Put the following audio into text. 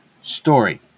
story